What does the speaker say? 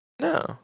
No